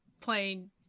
playing